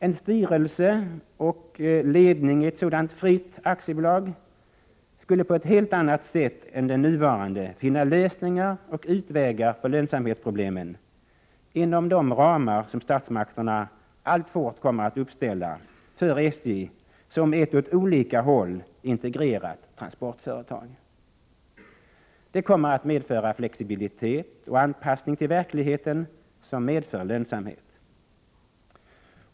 En styrelse och ledning i ett ”fritt” aktiebolag skulle på ett helt annat sätt än den nuvarande finna lösningar och utvägar för lönsamhetsproblemen inom de ramar som statsmakterna alltfort kommer att uppställa för SJ som ett åt olika håll integrerat transportföretag. Det kommer att medföra en flexibilitet och en anpassning till verksamheten som medför lönsamhet.